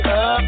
up